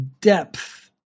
depth